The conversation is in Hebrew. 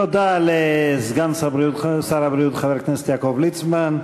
תודה לסגן שר הבריאות חבר הכנסת יעקב ליצמן,